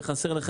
חסרים לך